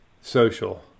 social